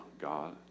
God